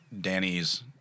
Danny's